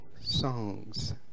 songs